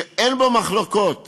שאין בו מחלוקות